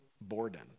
Borden